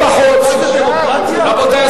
מה זה דמוקרטיה?